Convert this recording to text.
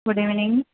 good evening